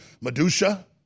Medusa